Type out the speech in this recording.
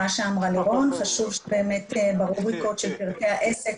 חשוב שברובריקות של פרטי העסק,